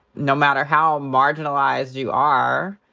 no matter how marginalized you are,